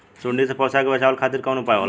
सुंडी से पौधा के बचावल खातिर कौन उपाय होला?